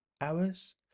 hours